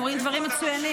הם אומרים דברים מצוינים.